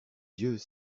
yeux